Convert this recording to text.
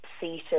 seated